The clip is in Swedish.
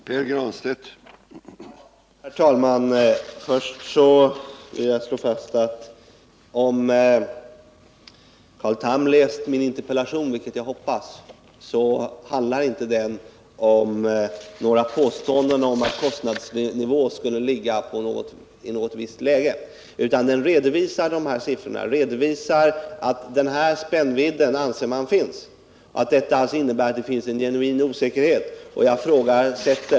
Herr talman! Om Carl Tham läst min interpellation, vilket jag hoppas, måste han ha funnit att den inte innehåller några påståenden om att kostnadsnivån skulle befinna sig i något visst läge. Interpellationen redovisar att man anser att denna spännvidd finns, vilket innebär att det finns en genuin osäkerhet.